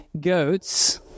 goats